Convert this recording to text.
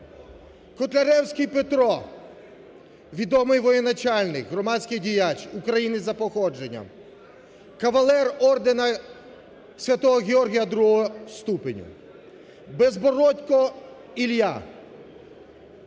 Котляревський Петро, відомий воєначальник, громадський діяч, українець за походженням, кавалер Ордена Святого Георгія другого ступеня.